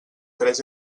tres